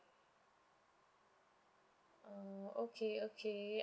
err okay okay